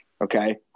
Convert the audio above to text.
Okay